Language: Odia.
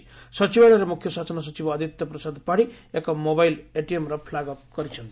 ଆଜି ସଚିବାଳୟରେ ମୁଖ୍ୟ ଶାସନ ସଚିବ ଆଦିତ୍ୟ ପ୍ରସାଦ ପାତ୍ୀ ଏକ ମୋବାଇଲ୍ ଏଟିଏମ୍ର ଫ୍ଲାଗ୍ ଅଫ୍ କରିଛନ୍ତି